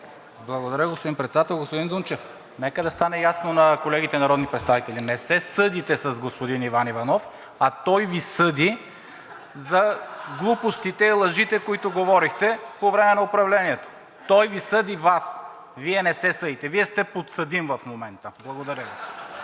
Благодаря, господин Председател. Господин Дунчев, нека да стане ясно на колегите народни представители – не се съдите с господин Иван Иванов, а той Ви съди за глупостите и лъжите, които говорихте по време на управлението. (Смях от ГЕРБ-СДС.) Той Ви съди Вас – Вие не се съдите! Вие сте подсъдим в момента! (Смях